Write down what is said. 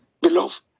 Beloved